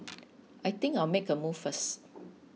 I think I'll make a move first